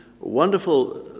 wonderful